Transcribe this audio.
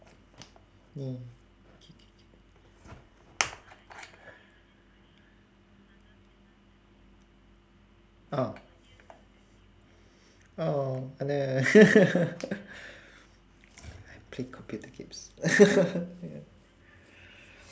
ya K K K oh oh oh no I play computer games ya